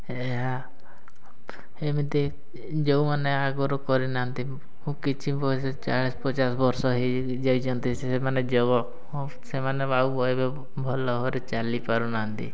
ଏହା ଏମିତି ଯୋଉମାନେ ଆଗରୁ କରିନାହାନ୍ତି କିଛି ବୟସ ଚାଳିଶ ପଚାଶ ବର୍ଷ ହେଇଯାଇଛନ୍ତି ସେମାନେ ଯୋଗ ସେମାନେ ଆଉ ଏବେ ଭଲ ଭାବରେ ଚାଲି ପାରୁନାହାନ୍ତି